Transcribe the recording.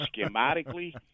schematically